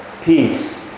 peace